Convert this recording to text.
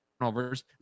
turnovers